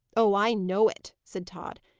oh, i know it, said tod.